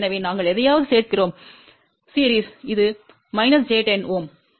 எனவே நாங்கள் எதையாவது சேர்க்கிறோம் தொடர் இது j 10 Ω